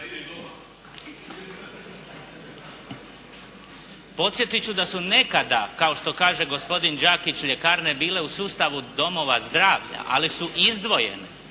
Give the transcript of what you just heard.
podsjetiti ću da su nekada kao što kaže gospodin Đakić ljekarne bile u sustavu domova zdravlja ali su izdvojene,